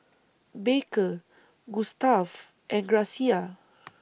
Baker Gustav and Gracia